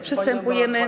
Przystępujemy.